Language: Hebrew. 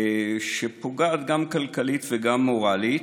שפוגעת גם כלכלית וגם מורלית,